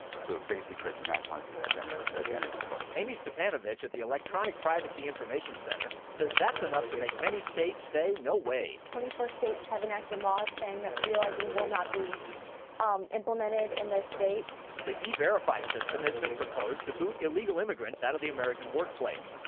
so it basically creates a national and ah identity identity card. amie stepanovich at the electronic privacy information center says that's enough to make many states say no way. twenty-four states have enacted laws saying that real id will not be um implemented in their states. the e-verify system has been proposed to boot illegal immigrants out of the american american workplace.